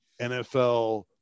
NFL